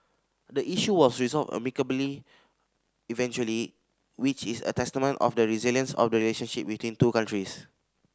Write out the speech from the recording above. the issue was resolved amicably eventually which is a testament of the resilience of the relationship between two countries